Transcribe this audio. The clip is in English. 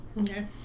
Okay